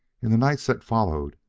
in the nights that followed,